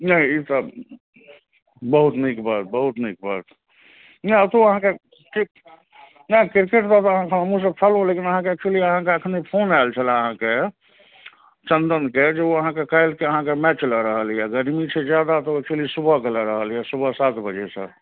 नहि ई तऽ बहुत नीक बात बहुत नीक बात नहि ओतहु अहाँके क्रिक नहि किरकेट ग्राउण्डपर तऽ अहाँकेँ हमहूँ सब छलहुँ लेकिन अहाँकेँ एक्चुअली अहाँकेँ एखनहि फोन आएल छलै अहाँकेँ चन्दनकेँ जे ओ अहाँकेँ काल्हिके अहाँकेँ मैच लऽ रहल यऽ गरमी छै जादा तऽ ओ एक्चुअली सुबहके लऽ रहल यऽ सुबह सात बजेसे